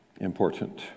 important